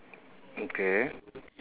okay